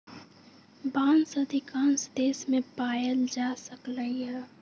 बांस अधिकांश देश मे पाएल जा सकलई ह